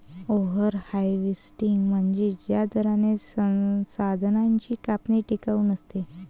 over harvesting म्हणजे ज्या दराने संसाधनांची कापणी टिकाऊ नसते